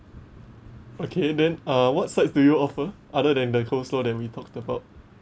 okay then uh what sides do you offer other than the coleslaw that we talked about